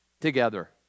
together